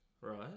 right